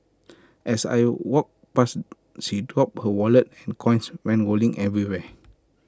as I walked past she dropped her wallet and coins went rolling everywhere